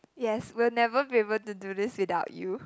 yes we'll never be able to do this without you